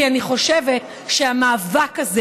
כי אני חושבת שהמאבק הזה,